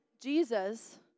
Jesus